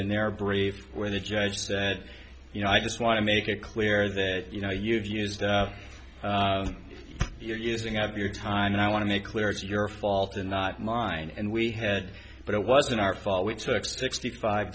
in their brief where the judge said you know i just want to make it clear that you know you've used your using of your time and i want to make clear it's your fault and not mine and we had but it wasn't our fault we took sixty five